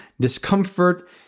discomfort